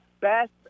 best